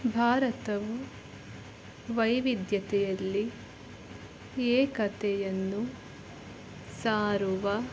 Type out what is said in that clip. ಭಾರತವು ವೈವಿಧ್ಯತೆಯಲ್ಲಿ ಏಕತೆಯನ್ನು ಸಾರುವ